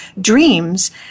dreams